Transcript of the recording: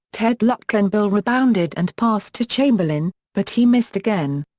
ted luckenbill rebounded and passed to chamberlain, but he missed again.